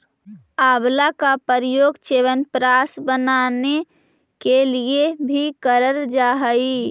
आंवला का प्रयोग च्यवनप्राश बनाने के लिए भी करल जा हई